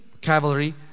cavalry